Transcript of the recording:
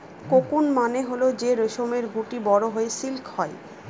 cocoon মানে হল যে রেশমের গুটি বড়ো হয়ে সিল্ক হয়